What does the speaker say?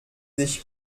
sich